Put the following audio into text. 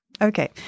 Okay